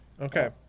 Okay